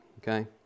okay